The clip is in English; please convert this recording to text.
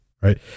right